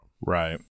Right